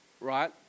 right